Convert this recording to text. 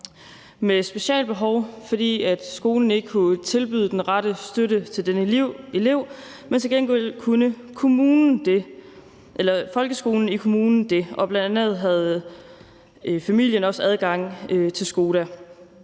med specialbehov videre, fordi skolen ikke kunne tilbyde den rette støtte til denne elev. Til gengæld kunne folkeskolen i kommunen det, og bl.a. havde familien også adgang til SkoDa.